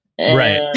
Right